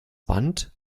band